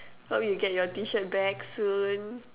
hope you'll get your T-shirt back soon